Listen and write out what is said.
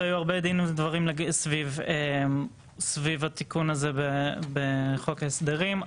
והיו הרבה דין ודברים סביב התיקון הזה בחוק ההסדרים.